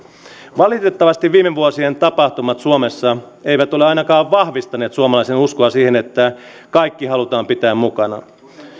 valitettavasti viime vuosien tapahtumat suomessa eivät ole ainakaan vahvistaneet suomalaisten uskoa siihen että kaikki halutaan pitää mukana